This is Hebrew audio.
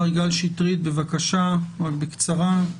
מר יגאל שטרית, בבקשה, רק בקצרה.